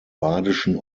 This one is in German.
badischen